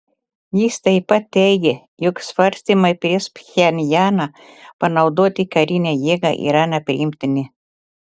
jis taip pat teigė jog svarstymai prieš pchenjaną panaudoti karinę jėgą yra nepriimtini